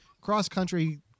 cross-country